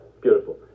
beautiful